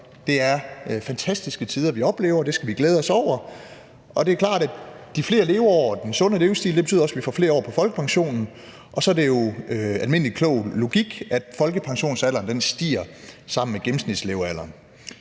Det er fantastiske tider, vi oplever. Det skal vi glæde os over. Det er klart, at de flere leveår og den sundere livsstil også betyder, at vi får flere år på folkepension, og så er det jo klogt og almindelig logik, at folkepensionsalderen stiger sammen med gennemsnitslevealderen.